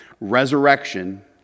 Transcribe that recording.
resurrection